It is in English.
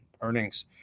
earnings